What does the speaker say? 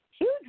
huge